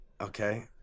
Okay